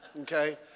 okay